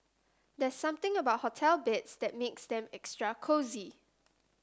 there's something about hotel beds that makes them extra cosy